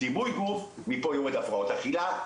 דימוי גוף מפה יהיו את ההפרעות אכילה,